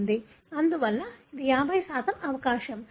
అందువల్ల ఇది 50 అవకాశం